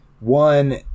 One